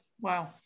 Wow